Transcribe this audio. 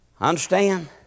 Understand